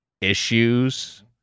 issues